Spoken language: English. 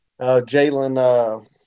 Jalen